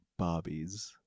Barbies